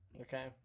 Okay